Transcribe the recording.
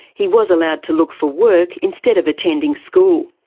he was allowed to look for work instead of attending school.